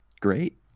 great